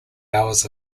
hours